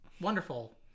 Wonderful